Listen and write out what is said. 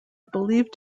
believed